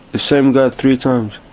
the same guy three times.